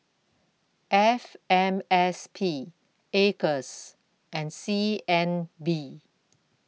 F M S P Acres and C N B